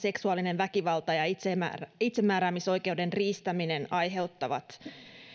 seksuaalinen väkivalta ja itsemääräämisoikeuden riistäminen aiheuttavat